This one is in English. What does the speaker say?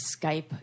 Skype